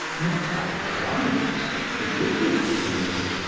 not by the crimes that the wicked have committed,